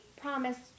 promise